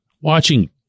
watching